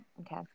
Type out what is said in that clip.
Okay